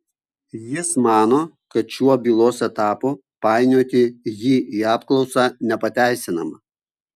jis mano kad šiuo bylos etapu painioti jį į apklausą nepateisinama